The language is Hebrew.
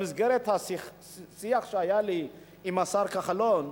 במסגרת השיח שהיה לי עם השר כחלון,